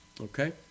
Okay